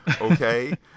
okay